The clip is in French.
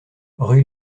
rue